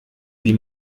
die